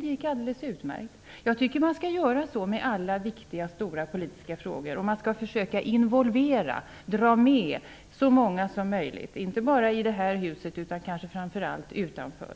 Det gick alldeles utmärkt. Jag tycker att man skall göra så med alla viktiga, stora politiska frågor. Man skall försöka involvera, dra med så många som möjligt, inte bara i detta hus utan kanske framför allt utanför.